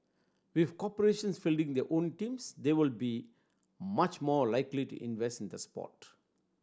with corporations fielding their own teams they would be much more likely to invest in the sport